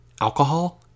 alcohol